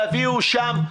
תביאו שם,